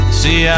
see